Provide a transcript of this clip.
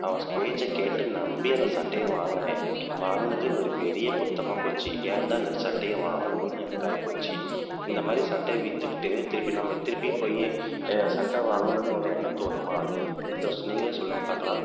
அவன் பேச்சை கேட்டு நம்பி அந்த சட்டையை வாங்கினேன் வாங்கினது ஒரு பெரிய குற்றமா போச்சு ஏன் தான் அந்த சட்டையை வாங்கினோமோன்னு எனக்கு ஆகிப்போச்சு இந்தமாதிரி சட்டையை விற்று விட்டு திருப்பி நம்ம திருப்பியும் போய் சட்டை வாங்கணும்னு ஒரு எண்ணம் தோணுமா இந்த நீங்கள் சொல்லுங்கள் பாக்கலாம்